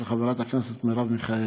של חברת הכנסת מרב מיכאלי.